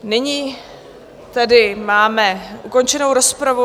Nyní tedy máme ukončenou rozpravu.